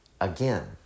again